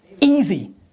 Easy